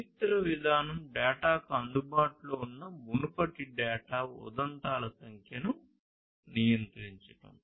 చరిత్ర విధానం డేటాకు అందుబాటులో ఉన్న మునుపటి డేటా ఉదంతాల సంఖ్యను నియంత్రించడం